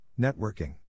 Networking